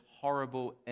horrible